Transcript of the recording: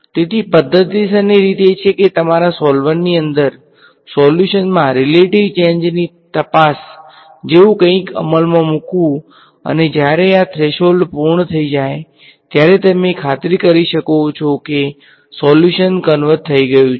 તેથી પદ્ધતિસરની રીત એ છે કે તમારા સોલ્વરની અંદર સોલ્યુશનમાં રીલેટીવ ચેંજની તપાસ જેવું કંઈક અમલમાં મૂકવું અને જ્યારે આ થ્રેશોલ્ડ પૂર્ણ થઈ જાય ત્યારે તમે ખાતરી કરી શકો કે સોલ્યુશન કન્વર્જ થઈ ગયું છે